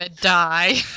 die